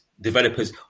developers